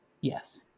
yes